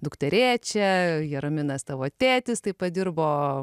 dukterėčia jaraminas tavo tėtis taip pat dirbo